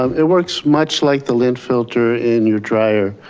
um it works much like the lint filter in your dryer.